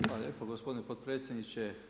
Hvala lijepo gospodine potpredsjedniče.